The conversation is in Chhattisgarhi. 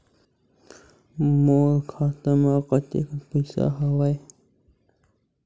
मोर खाता म कतेकन पईसा हवय?